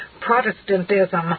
Protestantism